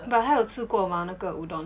but 他有吃过吗那个 udon